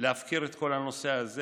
להפקיר את כל הנושא הזה,